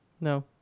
No